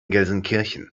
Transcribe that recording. gelsenkirchen